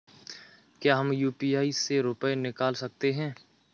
क्या हम यू.पी.आई से रुपये निकाल सकते हैं?